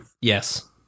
Yes